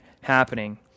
happening